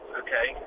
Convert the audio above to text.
okay